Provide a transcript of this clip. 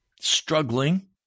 struggling